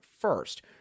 first